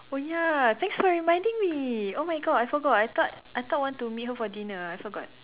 oh ya thanks for reminding me oh my god I forgot I thought I thought want to meet her for dinner I forgot